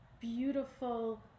beautiful